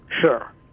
Sure